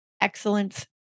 excellence